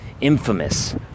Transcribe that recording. infamous